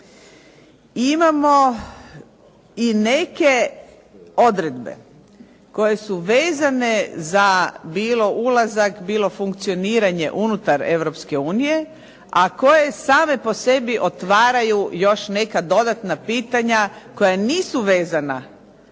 Imamo i neke odredbe koje su vezane za bilo ulazak, bilo funkcioniranje unutar Europske unije, a koje same po sebi otvaraju još neka dodatna pitanja koja nisu vezana